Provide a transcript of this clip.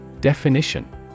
Definition